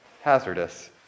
hazardous